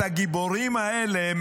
את הגיבורים האלה,